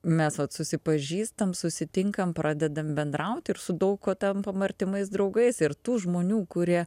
mes vat susipažįstam susitinkam pradedam bendraut ir su daug kuo tampam artimais draugais ir tų žmonių kurie